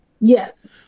yes